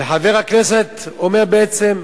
וחבר הכנסת אומר בעצם: